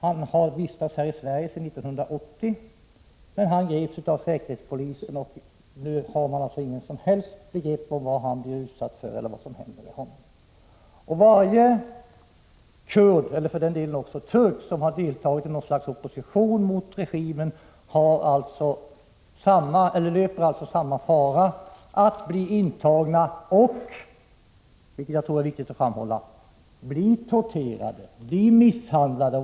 Han har vistats här i Sverige sedan 1980, men han greps av säkerhetspolisen, och nu har man inget som helst begrepp om vad han blir utsatt för eller vad som händer med honom. Varje kurd eller för den delen också varje turk som har deltagit i något slags opposition mot regimen löper samma fara att bli fängslad och — vilket jag tror är viktigt att framhålla — torterad och misshandlad.